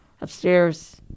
upstairs